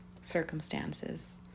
circumstances